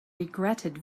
regretted